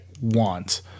want